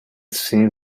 seemed